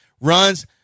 runs